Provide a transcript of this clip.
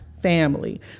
family